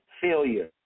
failure